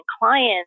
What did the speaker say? clients